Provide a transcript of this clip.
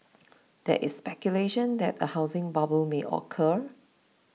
there is speculation that a housing bubble may occur